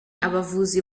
abavuzi